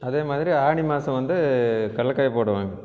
அதே மாதிரி ஆனி மாதம் வந்து கடலக்காய் போடுவாங்க